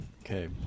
Okay